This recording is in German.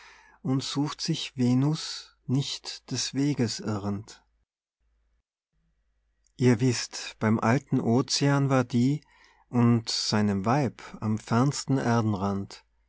und sucht sich venus nicht des weges irrend ihr wißt beim alten ocean war die und seinem weib am fernsten erdenrand